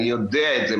אני יודע את זה,